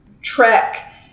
trek